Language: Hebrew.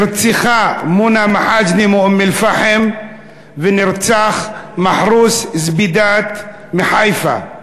נרצחה מונא מחאג'נה מאום-אלפחם ונרצח מחרוס זבידאת מחיפה.